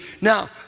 Now